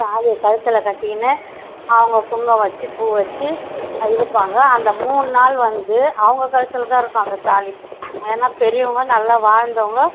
தாலியை கழுத்தில் கட்டிகினு அவங்க குங்குமம் வச்சு பூ வச்சு இருப்பாங்க அந்த மூணு நாள் வந்து அவங்க கழுத்தில் தான் இருக்கும் அந்த தாலி ஏன்னா பெரியவங்க நல்லா வாழ்ந்தவங்க